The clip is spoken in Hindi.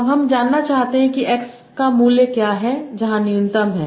अब हम जानना चाहते हैं कि x का मूल्य क्या है जहां न्यूनतम है